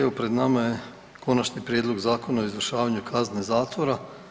Evo pred nama je Konačni prijedlog zakona o izvršavanju kazne zatvora.